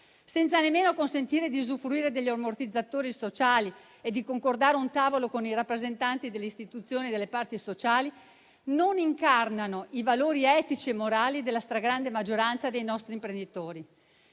senza nemmeno consentire di usufruire degli ammortizzatori sociali e di concordare un tavolo con i rappresentanti delle istituzioni e delle parti sociali, non incarnano i valori etici e morali della stragrande maggioranza dei nostri imprenditori.